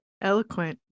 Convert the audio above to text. Eloquent